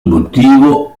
motivo